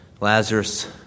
Lazarus